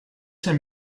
zen